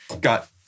got